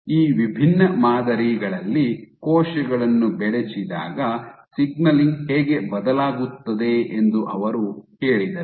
ಈ ವಿಭಿನ್ನ ಮಾದರಿಗಳಲ್ಲಿ ಕೋಶಗಳನ್ನು ಬೆಳೆಸಿದಾಗ ಸಿಗ್ನಲಿಂಗ್ ಹೇಗೆ ಬದಲಾಗುತ್ತದೆ ಎಂದು ಅವರು ಕೇಳಿದರು